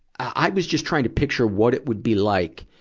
i, i was just trying to picture what it would be like.